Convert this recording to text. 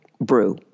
brew